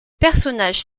personnages